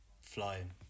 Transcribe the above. flying